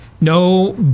No